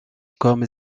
comme